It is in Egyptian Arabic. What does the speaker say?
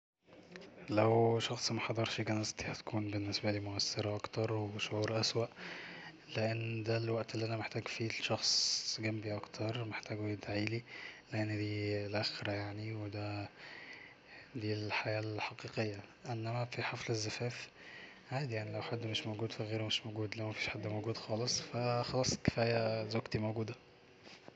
لو شخص محضرش جنازتي هتكون بالنسبالي مؤثرة اكتر وبشعور اسوأ لأن دا الوقت اللي انا محتاج فيه الشخص جمبي اكتر محتاجه يدعيلي لان دي الآخرة يعني ودي الحياة الحقيقية انما في حفل الزفاف عادي يعني لو حد مش موجود ف غيره مش موجود لو مفيش حد موجود خالص ف خلاص كفاية زوجتي موجودة